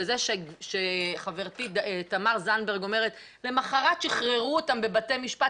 וזה שחברתי תמר זנדברג אומרת שלמחרת שחררו אותם בבתי משפט,